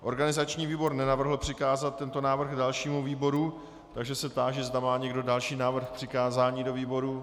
Organizační výbor nenavrhl přikázat tento návrh dalšímu výboru, takže se táži, zda má někdo další návrh na přikázání do výborů.